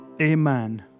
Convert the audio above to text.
amen